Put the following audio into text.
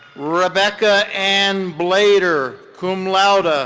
rebecca ann blaytor, cum laude, ah